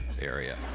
area